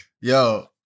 Yo